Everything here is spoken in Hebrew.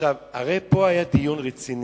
הרי פה היה דיון רציני.